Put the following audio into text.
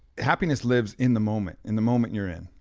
happiness lives in the moment, in the moment you're in.